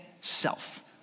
self